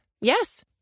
Yes